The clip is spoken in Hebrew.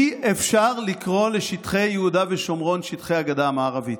אי-אפשר לקרוא לשטחי יהודה ושומרון שטחי הגדה המערבית.